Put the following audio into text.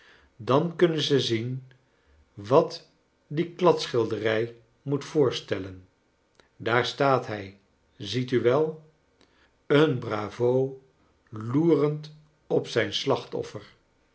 dan kunnen ze zien wat die kladschilderij moet voorstellen daar staat hij ziet u wel een bravo loerend op zijn slachtoffer